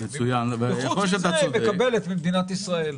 וחוץ מזה מקבלת ממדינת ישראל.